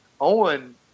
Owen